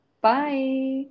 bye